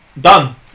Done